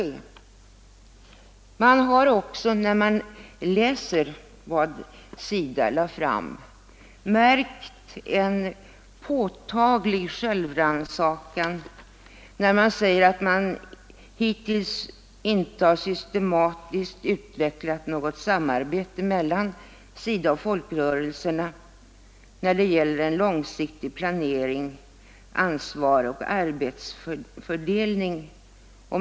Vid läsningen av vad SIDA skriver märker man också en påtaglig självrannsakan, när det sägs att man hittills inte har utvecklat något systematiskt samarbete mellan SIDA och folkrörelserna beträffande en långsiktig planering, ansvar och arbetsfördelning.